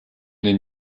den